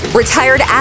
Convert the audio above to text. retired